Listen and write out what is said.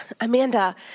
Amanda